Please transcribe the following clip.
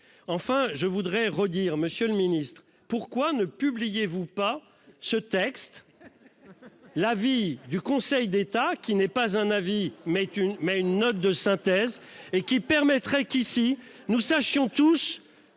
enfin je voudrais redire Monsieur le Ministre pourquoi ne publiez-vous pas ce texte. L'avis du Conseil d'État qui n'est pas un avis mais tu mets une note de synthèse et qui permettrait qu'ici nous sachions tous.